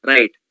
Right